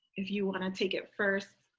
if you want to take it first.